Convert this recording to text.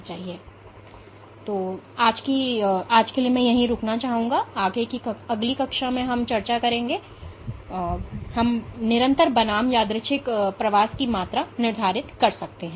इसलिए मैं आज के लिए यहां रुकूंगा और अगली कक्षा में मैं कुछ चर्चा करूंगा कि कैसे हम निरंतर बनाम यादृच्छिक प्रवास की मात्रा निर्धारित कर सकते हैं